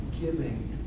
giving